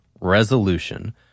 resolution